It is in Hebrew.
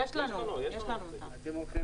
אתם הולכים